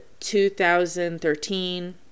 2013